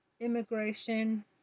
immigration